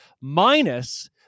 minus